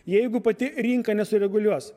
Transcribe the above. jeigu pati rinka nesureguliuos